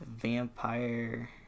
vampire